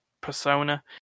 persona